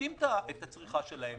מורידים את הצריכה שלהם.